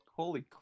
Holy